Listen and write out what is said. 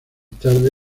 tarde